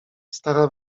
stara